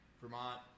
Vermont